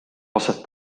aset